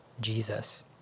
Jesus